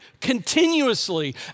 continuously